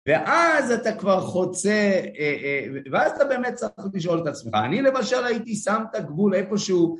ואז אתה כבר חוצה, ואז אתה באמת צריך לשאול את עצמך, אני למשל הייתי שם את הגבול איפשהו